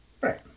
right